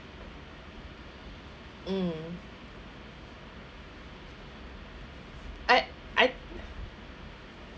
mm I I